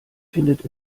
findet